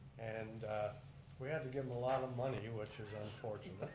and we had to give him a lot of money, which is unfortunate. but